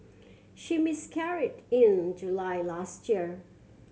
she miscarried in July last year